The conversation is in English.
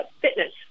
fitness